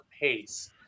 pace